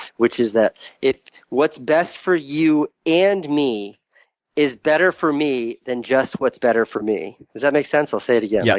which is that what's best for you and me is better for me than just what's better for me. does that make sense? i'll say it again. yeah.